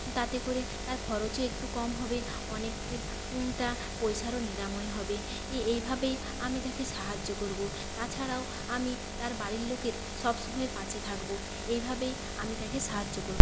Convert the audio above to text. তাতে করে তার খরচও একটু কম হবে অনেক টা পয়সারও নিরাময় হবে এইভাবেই আমি তাকে সাহায্য করব তাছাড়াও আমি তার বাড়ির লোকের সবসময় পাশে থাকব এই ভাবেই আমি তাকে সাহায্য করব